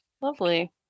Lovely